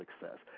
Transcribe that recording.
success